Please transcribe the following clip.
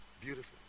Beautiful